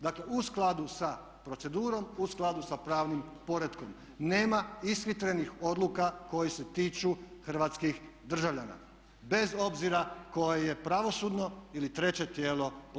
Dakle, u skladu sa procedurom, u skladu sa pravnim poretkom nema ishitrenih odluka koje se tiču hrvatskih državljana bez obzira koje je pravosudno ili treće tijelo posrijedi.